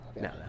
no